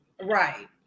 Right